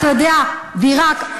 אתה יודע, בעיראק.